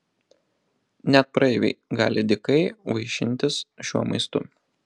net praeiviai gali dykai vaišintis šiuo maistu